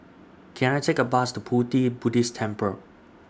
Can I Take A Bus to Pu Ti Buddhist Temple